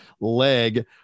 leg